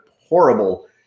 horrible